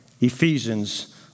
Ephesians